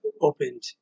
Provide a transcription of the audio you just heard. opened